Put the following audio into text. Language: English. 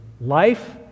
life